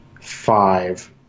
five